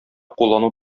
куллану